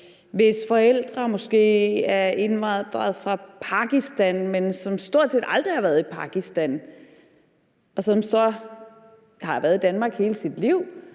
hvis forældre er indvandret fra Pakistan, men som stort set aldrig har været i Pakistan, og som så har været i Danmark i hele sit liv